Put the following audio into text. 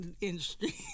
industry